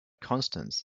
constants